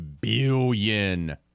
billion